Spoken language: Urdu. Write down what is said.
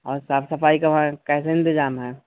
اور صاف صفائی کا کیسے انتظام ہے